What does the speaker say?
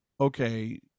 okay